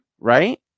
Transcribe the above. Right